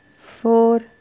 four